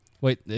Wait